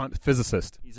physicist